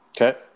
Okay